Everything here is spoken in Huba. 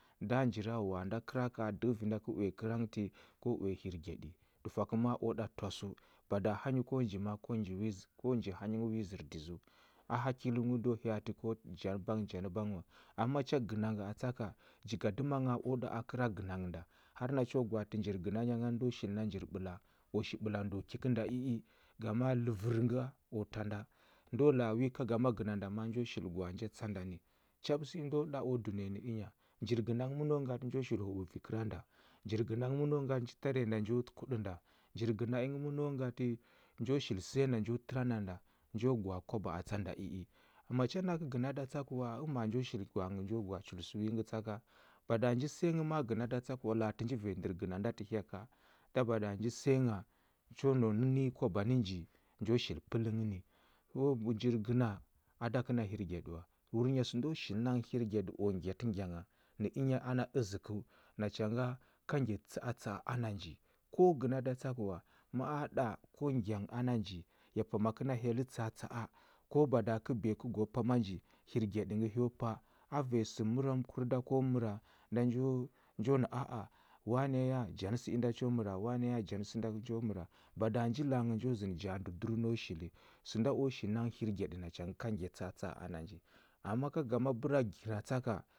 Nda njirawawa a nda kəra ka dəhə vi nda kə uya kərnghə ti, ko uya hirgyaɗi, ɗufwa kə ma a o ɗa twasəu. Bada hanyi ko nji ma a ko nji wi zə ko nji hanyi wi zər dizəu. A hakilu nghə do hya atə ko jal bangə jal bangə wa. Amma macha gəna nga atsa ka, jigadəma ngha o ɗa a kəra gəna nghə nda har gwaatə njir gəna nya ngani ndo shil na njir ɓəla o shil ɓəla ndo ki kənda i i, gama ləvər nga o ta nda. Ndo la a wi ka gama gəna nda ma a njo shil gwa a nja tsa nda ni. Chaɓə sə inda o ɗa o dunəya ənya, njir gəna ngə məno ngatə nju shil huɓə vi kəra nda, njir gəna ngə məno ngatə nji tare nda nju kuɗə nda, njir gəna ingə məno ngati njo shil səya nda njo təra na nda. Njo gwa a kwaba a tsa nda i i. Macha nakə gəna da tsa kə wa, ama njo shil gwa a nghə nju gwa a chul sə wi ngə tsa ka? Bada nji səya nghə ma a gəna tsa kə wa laatə nji vanya ndər gəna nda tə hya ka, nda bada nji səya ngha, cho nau nə nə nyi kwaba nə nji, njo shil pələ nghə ni. O bəjir gəna, a da kə na hirgyaɗə wa. Wurnya səndo shili na nghə hirgyaɗə o ngyatə ngya ngha, nə ənya ana əzəkəu, nacha nga, ka ngya tsa atsa a ana nji. Ko gəna da tsa kə wa, ma a ɗa ko ngya nghə ana nji, ya pama kə na hyel tsa atsa a, ko bada kə biya kə go pama nji, hirgyaɗə ngə hyo pəa. A ve sə muramkur da ko məra nda njo njo na a a wane ya janə sə inda cho məra, wane ya janə sə nda cho məra. Bada nji la a nghə njo zənə ja ndə dur no shili. Sənda o shili na nghə hirgyaɗi nacha ngə ka ngya tsa atsa a ana nji. Amma ka ngama bəra gira tsa ka